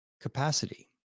capacity